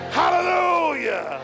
hallelujah